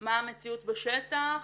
מה המציאות בשטח,